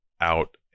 out